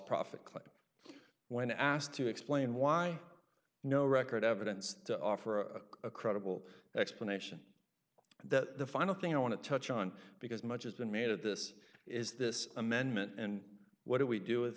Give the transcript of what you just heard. profit click when asked to explain why no record evidence to offer a credible explanation that the final thing i want to touch on because much has been made of this is this amendment and what do we do